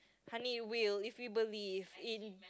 honey will if you believe in